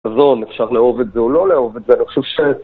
חזון, אפשר לאהוב את זה או לא לאהוב את זה, אני חושב ש...